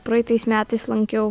praeitais metais lankiau